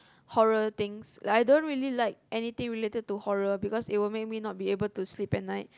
horror things like I don't really like anything related to horror because it will make me not be able to sleep at night